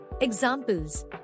Examples